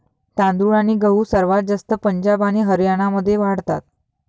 तांदूळ आणि गहू सर्वात जास्त पंजाब आणि हरियाणामध्ये वाढतात